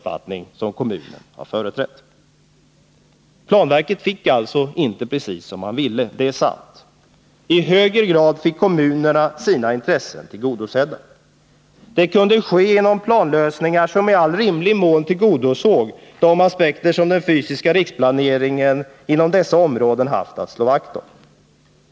51 Planverket fick alltså inte precis som man ville — det är sant. I högre grad fick kommunen sina intressen tillgodosedda. Detta kunde ske genom planlösningar som i all rimlig mån tillgodosåg de aspekter som den fysiska riksplaneringen inom dessa områden haft att slå vakt om.